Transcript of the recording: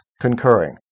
concurring